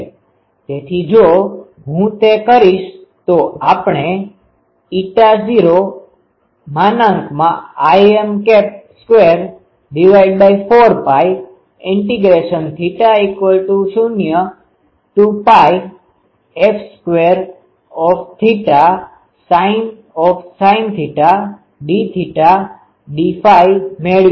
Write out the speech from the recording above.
તેથી જો હું તે કરીશ તો આપણે ૦Im24π θ૦F2sin dθ dϕ મેળવીશું